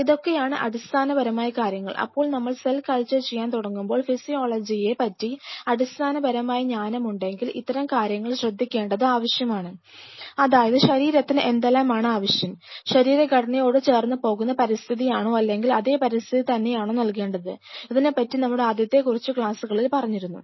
ഇതൊക്കെയാണ് അടിസ്ഥാനപരമായ കാര്യങ്ങൾ അപ്പോൾ നമ്മൾ സെൽ കൾച്ചർ ചെയ്യാൻ തുടങ്ങുമ്പോൾ ഫിസിയോളജിയെ പറ്റി അടിസ്ഥാനപരമായ ജ്ഞാനം ഉണ്ടെങ്കിൽ ഇത്തരം കാര്യങ്ങൾ ശ്രദ്ധിക്കേണ്ടത് ആവശ്യമാണ് അതായത് ശരീരത്തിന് എന്തെല്ലാം ആണ് ആവശ്യം ശരീരഘടനയോട് ചേർന്ന് പോകുന്ന പരിസ്ഥിതി ആണോ അല്ലെങ്കിൽ അതേ പരിസ്ഥിതി തന്നെയാണോ നൽകേണ്ടത് ഇതിനെ പറ്റി നമ്മുടെ ആദ്യത്തെ കുറച്ച് ക്ലാസുകളിൽ പറഞ്ഞിരുന്നു